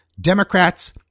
Democrats